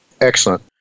Excellent